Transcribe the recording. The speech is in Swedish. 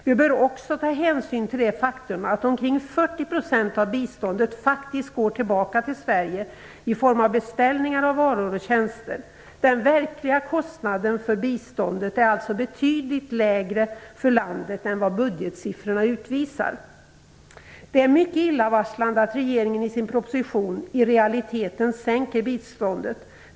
Vi bör också ta hänsyn till det faktum att omkring 40 % av biståndet faktiskt går tillbaka till Sverige i form av beställningar av varor och tjänster. Den verkliga kostnaden för biståndet är alltså betydligt lägre för landet än vad budgetsiffrorna utvisar. Det är mycket illavarslande att regeringen i sin proposition i realiteten sänker biståndet.